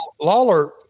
Lawler